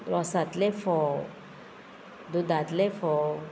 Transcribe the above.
रोसांतलें फोव दुदांतले फोव